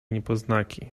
niepoznaki